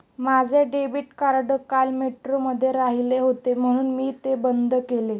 माझे debit card काल मेट्रोमध्ये राहिले होते म्हणून मी ते बंद केले